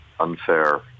unfair